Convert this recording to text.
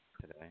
today